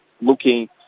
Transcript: looking